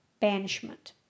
banishment